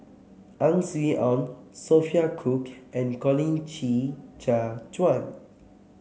Ang Swee Aun Sophia Cooke and Colin Qi Zhe Quan